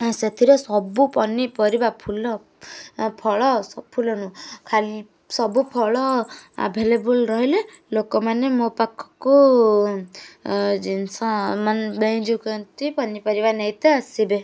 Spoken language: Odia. ସେଥିରେ ସବୁ ପନିପରିବା ଫୁଲ ଫଳ ଫୁଲ ନୁହଁ ସବୁଫଳ ଆଭେଲେବଲ୍ ରହିଲେ ଲୋକମାନେ ମୋ ପାଖକୁ ଜିନିଷ ପନିପରିବା ନେଇତେ ଆସିବେ